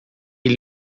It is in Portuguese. ele